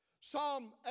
Psalm